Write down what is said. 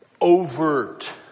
overt